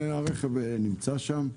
אבל הרכב שלו נמצא עדיין שם.